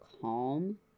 calm